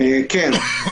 כן,